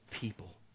people